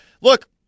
Look